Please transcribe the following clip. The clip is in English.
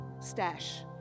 stash